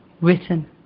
written